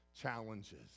challenges